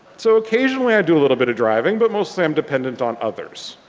so occasionally i do a little bit of driving, but mostly i am dependant on others.